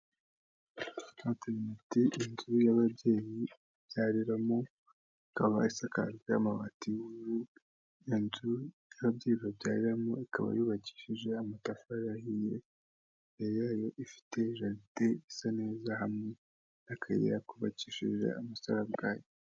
Materineti inzu y'ababyeyi babyariramo ikaba isakaje amabati y'ubururu, inzu y'ababyeyi babyariramo ikaba yubakishije amatafari ahiye ifite jaride isa neza hamwe n'akayira kubakishije amasarobwayi.